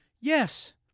Yes